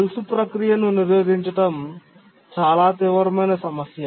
గొలుసు ప్రక్రియను నిరోధించడం చాలా తీవ్రమైన సమస్య